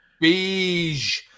beige